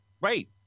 Right